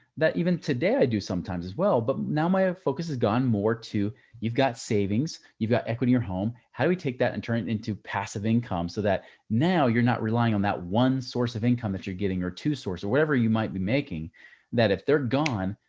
that even today i do sometimes as well, but now my focus has gone more to you've got savings. you've got equity in your home. how do we take that and turn it into passive income? so that now you're not relying on that one source of income that you're getting or two source or wherever you might be making that if they're gone,